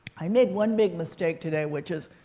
i made one big mistake today. which is,